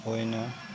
होइन